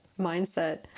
mindset